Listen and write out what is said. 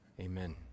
Amen